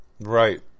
Right